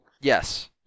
Yes